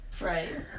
right